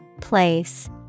place